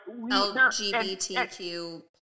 LGBTQ